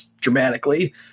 dramatically